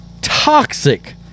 toxic